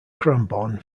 cranbourne